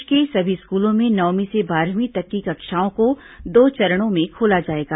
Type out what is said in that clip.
प्रदेश के सभी स्कूलों में नवमीं से बारहवीं तक की कक्षाओं को दो चरणों में खोला जाएगा